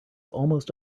almost